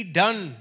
done